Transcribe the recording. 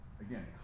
again